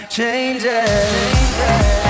changes